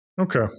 Okay